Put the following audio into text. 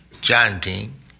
chanting